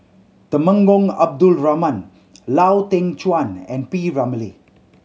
Temenggong Abdul Rahman Lau Teng Chuan and P Ramlee